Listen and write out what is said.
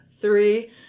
three